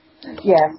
Yes